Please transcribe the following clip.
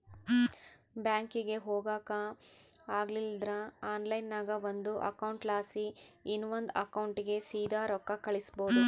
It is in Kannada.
ಬ್ಯಾಂಕಿಗೆ ಹೊಗಾಕ ಆಗಲಿಲ್ದ್ರ ಆನ್ಲೈನ್ನಾಗ ಒಂದು ಅಕೌಂಟ್ಲಾಸಿ ಇನವಂದ್ ಅಕೌಂಟಿಗೆ ಸೀದಾ ರೊಕ್ಕ ಕಳಿಸ್ಬೋದು